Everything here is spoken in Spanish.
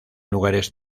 lugares